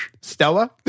Stella